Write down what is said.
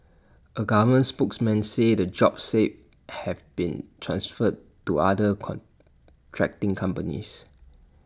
A government spokesman said the jobs saved have been transferred to other contracting companies